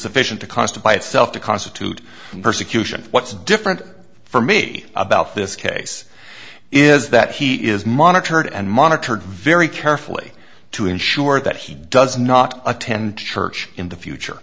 sufficient to cost by itself to constitute persecution what's different for me about this case is that he is monitored and monitored very carefully to ensure that he does not attend church in the future